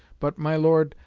but, my lord,